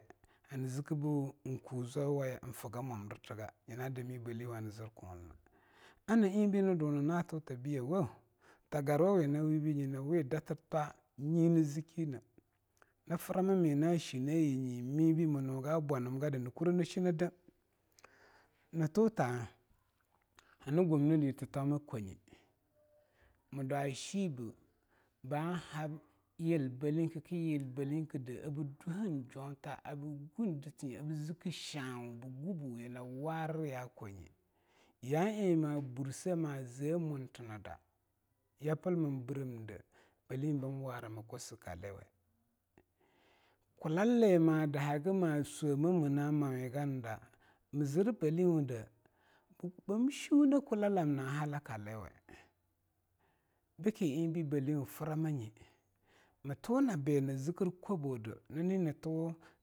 hani zikki bu eing ku zwawaye eing figa mundirtiga nyina dami baleauwei nii zir kunlenaag ana eing nii dunni na tuta biyewo ta garwa we nanni wibe nyina wi datir twa nyini zikki ne a framami na shinne yinye mim bii mii nuga bwaningida nii kure nii shine deam nii tuta hani gummninyir titoma kwaye mii dwa sheabe baa hab yil baleauke kea yil baleaukide abii dohen joungta abii go dittiye abii zikki shauwaa bii gu buya nab warir ya kwanye ya eing maa burseh maa zea muntinida yapilmin biremnide baleauwei bam warama kossuwea kullali maa da hagi maa swea maag muna ma weganida mi zir baleauwei dea bab shunne kullalamna hala kaliweag biki eing be ba leauwe han frama nye.